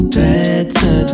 better